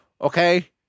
Okay